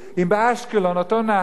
אם באשקלון אותו נהג